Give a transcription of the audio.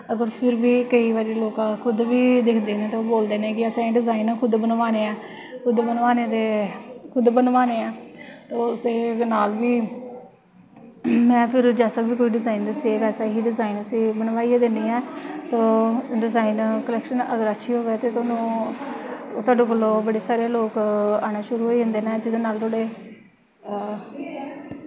अगर फिर बी कोई बारी लोग खुद बी दिखदे न ते बोलदे न कि असें एह् डजाइन खुद बनवाने ऐं खुद बनवाने दे एह्दे नाल बी में फिर जैसा बी कोई डिजाइन दस्सै बैसा ही डिजाइन उस्सी बनवाइयै दिन्नी ऐं ते डिजाइन कलैक्शन अगर अच्छी होऐ ते थोआढ़े कोल बड़े सारे लोग आना शुरू होई जंदे नै ते ओह्दे नाल थोआढ़े